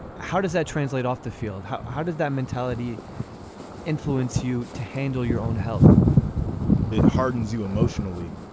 how does that translate off the field. how how does that mentality influence you to handle your own health it hardens you emotionally.